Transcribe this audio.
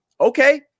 okay